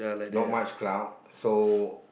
not much crowd so